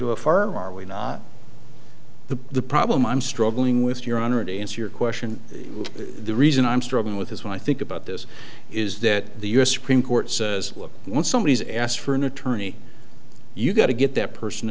foreigner are we not the problem i'm struggling with your honor to answer your question the reason i'm struggling with his when i think about this is that the u s supreme court says look when somebody is asked for an attorney you've got to get that person